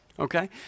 Okay